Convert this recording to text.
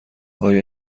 آیا